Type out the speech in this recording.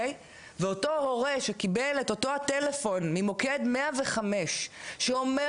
ואותו הורה שקיבל טלפון ממוקד 105 שאומר